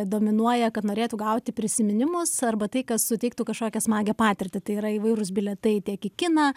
dominuoja kad norėtų gauti prisiminimus arba tai kas suteiktų kažkokią smagią patirtį tai yra įvairūs bilietai tiek į kiną